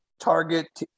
target